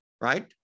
right